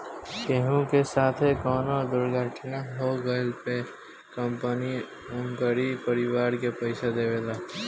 केहू के साथे कवनो दुर्घटना हो गइला पे कंपनी उनकरी परिवार के पईसा देवेला